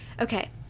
okay